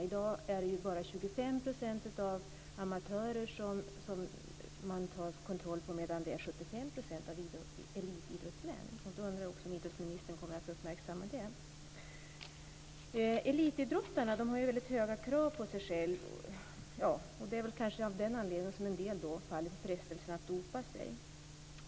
I dag är det bara 25 % av amatörerna som man gör kontroller på, medan det är 75 % av elitidrottsmännen. Jag undrar om idrottsministern kommer att uppmärksamma det. Elitidrottarna har väldigt höga krav på sig själva, och det är kanske av den anledningen som en del faller för frestelsen att dopa sig.